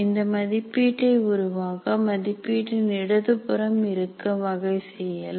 இந்த மதிப்பீட்டை உருவாக்க மதிப்பீட்டின் இடது புறம் இருக்க வகை செய்யலாம்